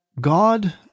God